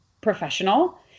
professional